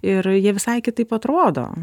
ir jie visai kitaip atrodo